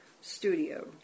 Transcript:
studio